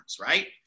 right